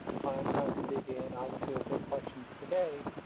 find time to dig in obviously we'll take questions today.